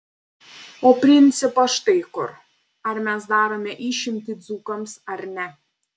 o principas štai kur ar mes darome išimtį dzūkams ar ne